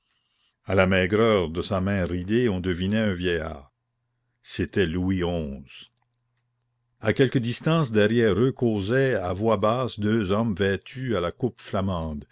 à la maigreur de sa main ridée on devinait un vieillard c'était louis xi à quelque distance derrière eux causaient à voix basse deux hommes vêtus à la coupe flamande